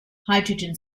hydrogen